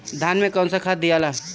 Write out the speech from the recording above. धान मे कौन सा खाद दियाला?